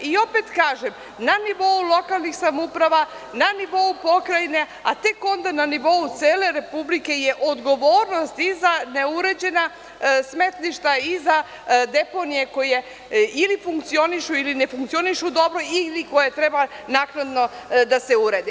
Opet kažem, na nivou lokalnih samouprava, na nivou pokrajine, a tek onda na nivou cele Republike je odgovornost i za neuređena smetlišta i za deponije koje, ili funkcionišu ili ne funkcionišu dobro, ili koje treba naknadno da se urede.